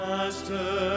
Master